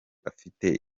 afite